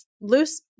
loose